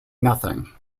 nothing